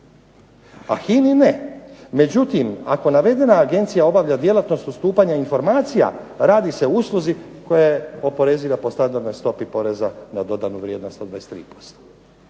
a HINA-i ne. "Međutim, ako navedena agencija obavlja djelatnost ustupanja informacija, radi se o usluzi koja je oporeziva po standardnoj stopi poreza na dodanu vrijednost od